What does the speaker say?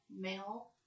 male